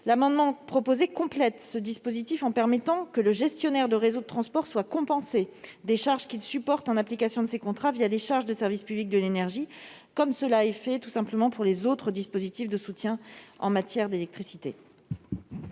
L'amendement vise à compléter le dispositif en permettant que le gestionnaire de réseau de transport soit compensé des charges qu'il supporte en application de ces contrats des charges de service public de l'énergie. Cela existe déjà pour d'autres dispositifs de soutien en matière d'électricité.